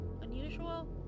unusual